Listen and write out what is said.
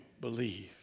believe